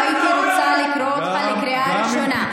לא הייתי רוצה לקרוא אותך קריאה ראשונה.